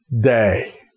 day